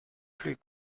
plus